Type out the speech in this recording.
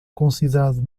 considerado